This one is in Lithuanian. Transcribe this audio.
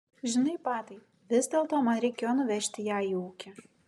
žinai patai vis dėlto man reikėjo nuvežti ją į ūkį